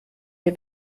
wir